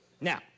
Now